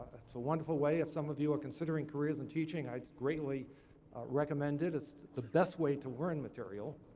it's a wonderful way if some of you are considering careers in teaching, i'd greatly recommend it. it's the best way to learn material.